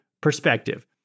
perspective